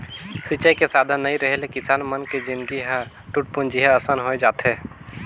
सिंचई के साधन नइ रेहे ले किसान मन के जिनगी ह टूटपुंजिहा असन होए जाथे